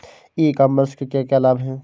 ई commerce के क्या क्या लाभ हैं?